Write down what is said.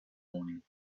morning